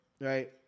Right